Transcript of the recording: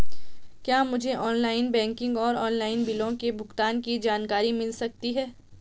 क्या मुझे online banking और ऑनलाइन बिलों के भुगतान की जानकारी मिल सकता है?